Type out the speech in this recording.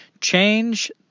change